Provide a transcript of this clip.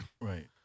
Right